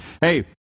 hey